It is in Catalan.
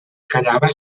callava